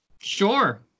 Sure